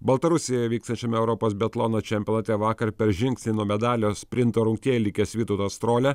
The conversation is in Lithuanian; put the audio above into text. baltarusijoje vykstančiame europos biatlono čempionate vakar per žingsnį nuo medalio sprinto rungtyje likęs vytautas strolia